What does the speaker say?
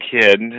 kid